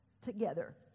together